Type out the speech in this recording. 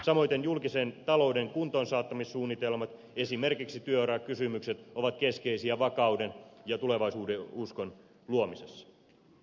samaten julkisen talouden kuntoonsaattamissuunnitelmat esimerkiksi työurakysymykset ovat keskeisiä vakauden ja tulevaisuudenuskon luomisessa